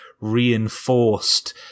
reinforced